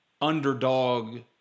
underdog